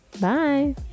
Bye